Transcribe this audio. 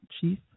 chief